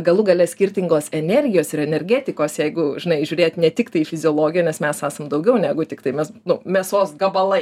galų gale skirtingos energijos ir energetikos jeigu žinai žiūrėt ne tiktai į fiziologiją nes mes esam daugiau negu tiktai mes nu mėsos gabalai